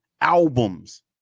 albums